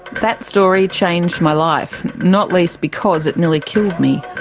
that story changed my life, not least because it nearly killed me.